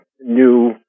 new